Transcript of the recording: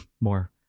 more